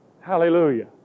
Hallelujah